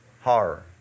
horror